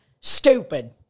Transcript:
stupid